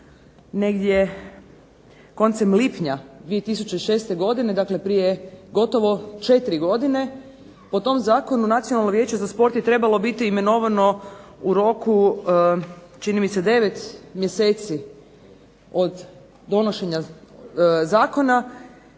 negdje koncem lipnja 2006. godine dakle prije gotovo 4 godine. Po tom zakonu nacionalno vijeće za sport je trebalo biti imenovano u roku čini mi se 9 mjeseci od donošenja Zakona,